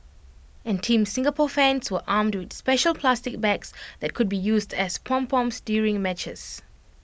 and Team Singapore fans were armed with special plastic bags that could be used as pom poms during matches